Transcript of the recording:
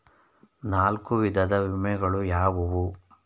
ನಾಲ್ಕು ವಿಧದ ವಿಮೆಗಳು ಯಾವುವು?